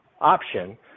option